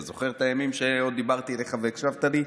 אתה זוכר את הימים שעוד דיברתי אליך והקשבת לי?